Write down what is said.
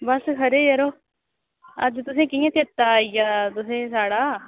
बैसे खरे जरो अज्ज तुसें ई कि'यां चेत्ता आई गेआ तुसें ई साढ़ा